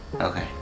Okay